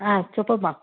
చెప్పమ్మా